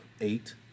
eight